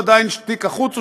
תיק החוץ,